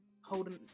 holding